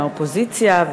מהאופוזיציה,